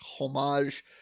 homage